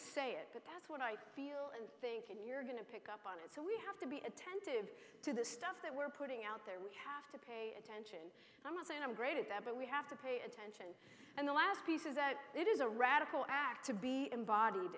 say it but that's what i feel and think and you're going to pick up on it so we have to be attentive to the stuff that we're putting out there we have to pay attention i'm not saying i'm great at that but we have to pay attention and the last piece is that it is a radical act to be